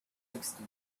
sixty